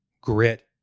grit